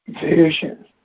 Vision